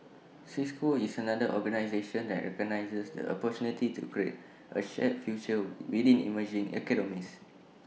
cisco is another organisation that recognises the A opportunity to create A shared future within emerging economies